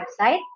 website